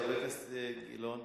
חבר הכנסת גילאון?